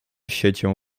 siecią